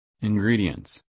ingredients